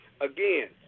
again –